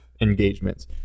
engagements